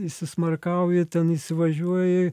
įsismarkauji ten įsivažiuoji